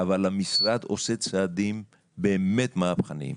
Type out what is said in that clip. אבל המשרד עושה צעדים באמת מהפכניים,